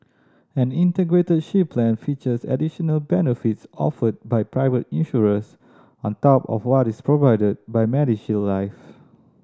an Integrated Shield Plan features additional benefits offered by private insurers on top of what is provided by MediShield Life